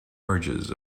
urges